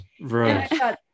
Right